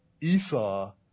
Esau